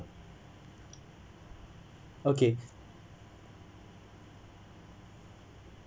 okay